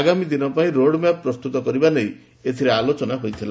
ଆଗାମୀ ଦିନପାଇଁ ରୋଡ୍ମ୍ୟାପ୍ ପ୍ରସ୍ତୁତ କରିବା ନେଇ ଏଥିରେ ଆଲୋଚନା ହୋଇଥିଲା